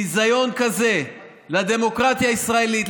ביזיון כזה לדמוקרטיה הישראלית,